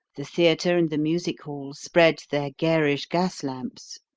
the theatre and the music-hall spread their garish gas-lamps.